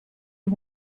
you